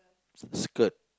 skirt